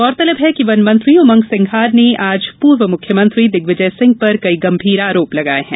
गौरतलब है कि वन मंत्री उमंग सिंघार ने आज पूर्व मुख्यमंत्री दिग्विजय सिंह पर कई गंभीर आरोप लगाए हैं